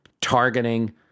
targeting